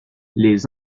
les